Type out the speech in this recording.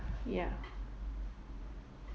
ya